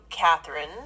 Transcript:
Catherine